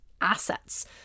assets